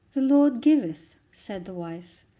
the lord giveth, said the wife,